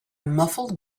muffled